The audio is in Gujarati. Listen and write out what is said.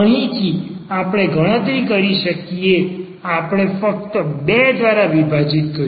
અહીંથી આપણે ગણતરી કરી શકીએ આપણે અહીં ફક્ત 2 દ્વારા વિભાજીત કર્યું